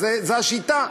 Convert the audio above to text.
אז זו השיטה.